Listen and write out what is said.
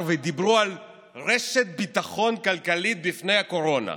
והם דיברו על רשת ביטחון כלכלית מפני הקורונה.